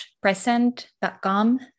present.com